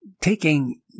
taking